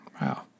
Wow